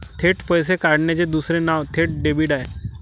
थेट पैसे काढण्याचे दुसरे नाव थेट डेबिट आहे